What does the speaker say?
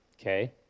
Okay